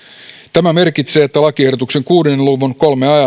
tämä merkitsee että lakiehdotuksen kuuden luvun kolme a ja